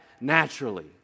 naturally